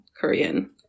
Korean